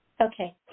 Okay